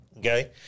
Okay